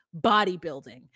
bodybuilding